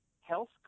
health